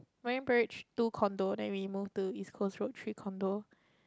Marine-Parade two condo then we move to East Coast Road three condo